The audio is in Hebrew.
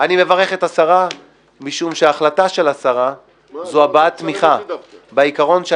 זאת החלטה שמביעה תמיכה בעיקרון -- פחחח.